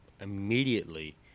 immediately –